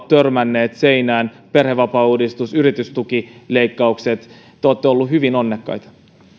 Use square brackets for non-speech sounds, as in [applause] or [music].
[unintelligible] törmänneet seinään perhevapaauudistus yritystukileikkaukset te olette olleet hyvin onnekkaita